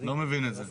אני לא מבין את זה.